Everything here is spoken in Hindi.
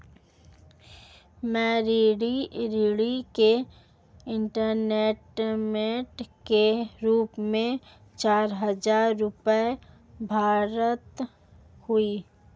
मैं ऋण के इन्स्टालमेंट के रूप में चार हजार रुपए भरता हूँ